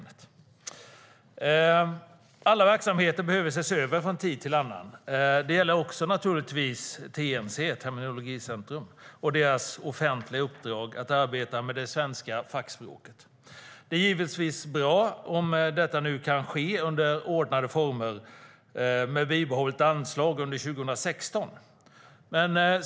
Alla verksamheter behöver ses över från tid till annan. Det gäller naturligtvis också TNC, Terminologicentrum, och deras offentliga uppdrag att arbeta med det svenska fackspråket. Det är givetvis bra om detta nu kan ske under ordnade former med bibehållet anslag under 2016.